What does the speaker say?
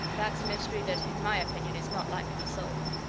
that's a mystery that, in my opinion, is not like to be solved!